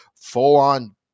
full-on